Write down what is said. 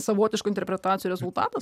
savotiškų interpretacijų rezultatas